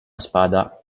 spada